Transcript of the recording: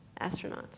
astronauts